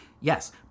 Yes